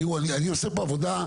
תראו, אני עושה פה עבודה,